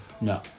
No